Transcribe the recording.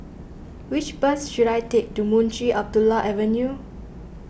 which bus should I take to Munshi Abdullah Avenue